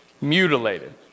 Mutilated